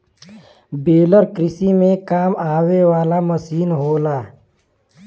baler कृषि में काम आवे वाला मसीन होला